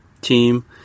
team